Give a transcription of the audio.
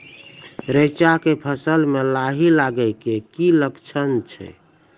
रैचा के फसल मे लाही लगे के की लक्छण छै?